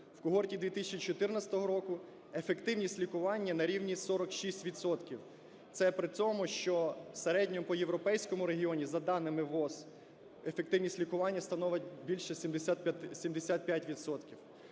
В когорті 2014 року ефективність лікування на рівні 46 відсотків, це при тому, що в середньому по Європейському регіону за даними ВООЗ ефективність лікування становить більше 75